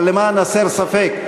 אבל למען הסר ספק,